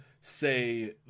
say